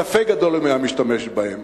ספק גדול אם הוא היה משתמש בהם.